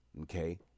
Okay